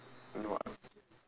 no uh